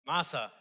Massa